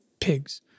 pigs